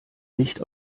nicht